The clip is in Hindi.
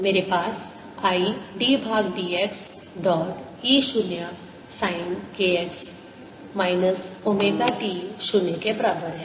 मेरे पास i d भाग dx dot E 0 sine k x minus omega t 0 के बराबर है